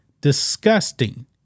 disgusting